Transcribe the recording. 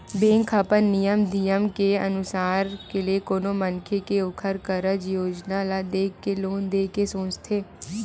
bank ह अपन नियम धियम के अनुसार ले कोनो मनखे के ओखर कारज योजना ल देख के लोन देय के सोचथे